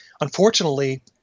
Unfortunately